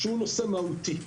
שהוא נושא מהותי,